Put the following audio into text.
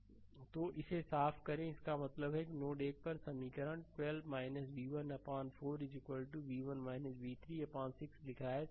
slide समय देखें 0625 तो इसे साफ करें इसका मतलब है कि नोड 1 पर यह समीकरण 12 v1अपान 4 v1 v3 अपान 6 लिखा है